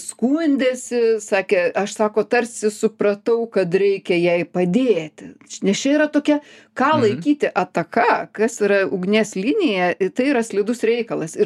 skundėsi sakė aš sako tarsi supratau kad reikia jai padėti nes čia yra tokia ką laikyti ataka kas yra ugnies linija tai yra slidus reikalas ir